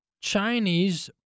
chinese